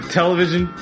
television